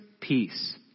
peace